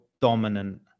dominant